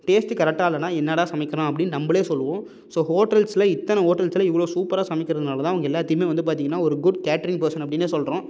taste கரெக்டாக இல்லைனா என்னாடா சமைக்கிறான் அப்படின்னு நம்மளே சொல்லுவோம் ஸோ ஹோட்டல்ஸில் இத்தனை ஹோட்டல்ஸில் இவ்வளோ சூப்பராக சமைக்கிறதுனால் தான் அவங்க எல்லாத்தையுமே வந்து பார்த்தீங்கன்னா ஒரு குட் கேட்ரிங் பர்சன் அப்படின்னே சொல்கிறோம்